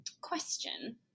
question